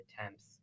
attempts